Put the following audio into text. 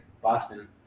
Boston